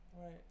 Right